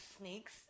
snakes